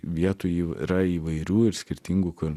vietų jų yra įvairių ir skirtingų kur